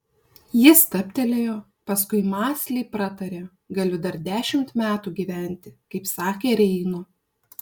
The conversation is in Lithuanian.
ji stabtelėjo paskui mąsliai pratarė galiu dar dešimt metų gyventi kaip sakė reino